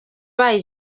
bayo